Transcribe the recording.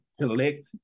collect